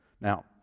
Now